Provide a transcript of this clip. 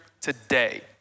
today